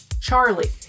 Charlie